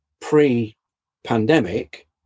pre-pandemic